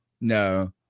no